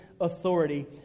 authority